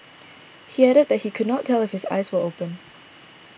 he added that he could not tell if his eyes were open